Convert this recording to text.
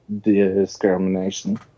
discrimination